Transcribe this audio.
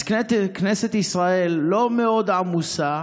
אז כנסת ישראל לא מאוד עמוסה,